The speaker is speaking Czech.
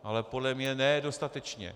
Ale podle mě ne dostatečně.